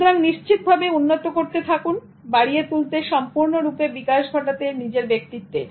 সুতরাং নিশ্চিতভাবে উন্নত করতে থাকুন বাড়িয়ে তুলতে সম্পূর্ণরূপে বিকাশ ঘটাতে নিজের ব্যক্তিত্বের